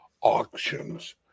auctions